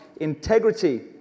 integrity